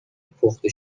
پخته